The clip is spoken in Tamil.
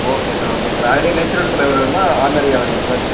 ஓகே சார் ஓகே சார் அதுலையே நேச்சுரல் ஃப்ளேவர் வேணுமா ஆர்டினரியாக வேணுமா சார்